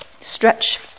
stretch